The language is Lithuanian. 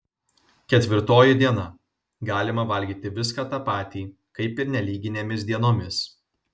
ketvirtoji diena galima valgyti viską tą patį kaip ir nelyginėmis dienomis